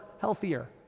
healthier